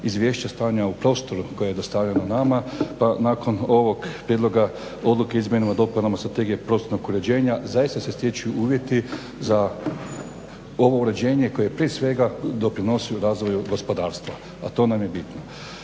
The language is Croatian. izvješća stanja u prostoru koje je dostavljeno nama nakon ovog prijedloga odluke o izmjenama i dopunama Strategije prostornog uređenja zaista se stječu uvjeti za ovo uređenje koje prije svega doprinosi razvoju gospodarstva. A to nam je bitno.